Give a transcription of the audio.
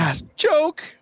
joke